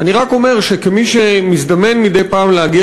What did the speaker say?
אני רק אומר שכמי שמזדמן לו מדי פעם להגיע